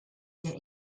der